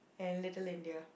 and Little-India